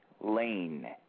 Lane